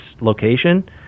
location